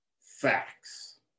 facts